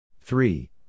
Three